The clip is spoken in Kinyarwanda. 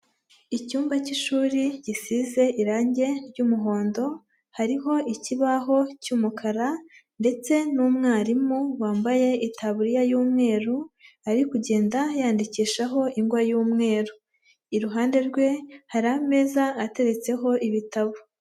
Icyumba k'ishuri gisize irangi ry'umuhondo, hariho ikibaho cy'umukara ndetse n'umwarimu wambaye itaburiya y'umweru ari kugenda yandikishaho ingwa y'umweru. Iruhande rwe hari ameza ateretseho ibitabo.